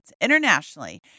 internationally